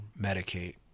medicate